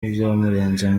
byamurenze